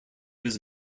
his